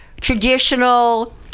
traditional